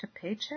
paycheck